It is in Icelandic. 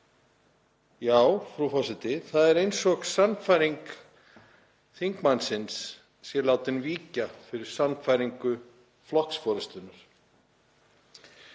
Já, frú forseti, það er eins og sannfæring þingmannsins sé látin víkja fyrir sannfæringu flokksforystunnar.